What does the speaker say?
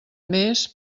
més